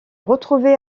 retrouvé